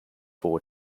four